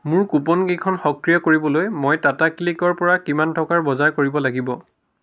মোৰ কুপনকেইখন সক্ৰিয় কৰিবলৈ মই টাটা ক্লিকৰপৰা কিমান টকাৰ বজাৰ কৰিব লাগিব